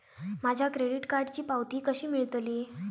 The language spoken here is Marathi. माझ्या क्रेडीट कार्डची पावती कशी मिळतली?